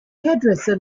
hairdresser